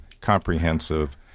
comprehensive